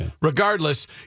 Regardless